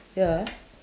ya ah